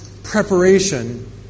preparation